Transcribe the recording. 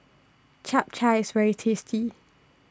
Chap Chai IS very tasty